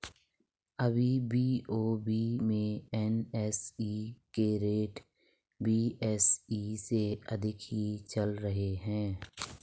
अभी बी.ओ.बी में एन.एस.ई के रेट बी.एस.ई से अधिक ही चल रहे हैं